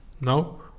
No